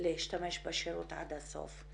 להשתמש בשירות עד הסוף,